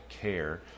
care